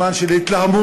בזמן של התלהמות,